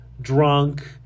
drunk